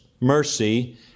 mercy